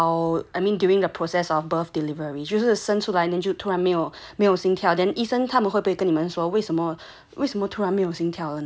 during the process of birth delivery 就是生出来突然没有没有心跳 then isn't 医生会不会被跟你们说为什么为什么突然没有心跳